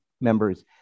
members